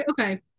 Okay